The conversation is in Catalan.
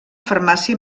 farmàcia